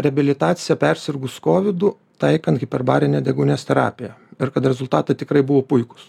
reabilitaciją persirgus kovidu taikant hiperbarinę deguonies terapiją ir kad rezultatai tikrai buvo puikūs